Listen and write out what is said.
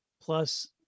plus